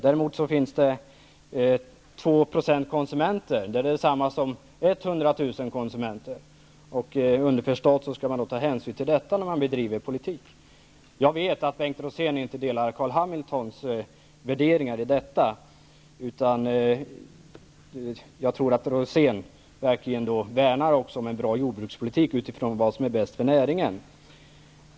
Däremot finns det 2 % konsumenter, och det innebär 100 000 konsumenter. Underförstått skall man ta hänsyn till detta när man bedriver politik. Jag vet att Bengt Rosén inte delar Karl Hamiltons värderingar. Jag tror att Bengt Rosén verkligen värnar om en bra jordbrukspolitik utifrån vad som är bäst för näringen.